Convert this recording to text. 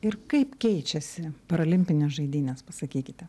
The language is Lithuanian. ir kaip keičiasi paralimpinės žaidynės pasakykite